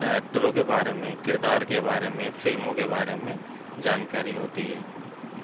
ایکٹروں کے بارے میں کردار کے بارے میں فلموں کے بارے میں جانکاری ہوتی ہے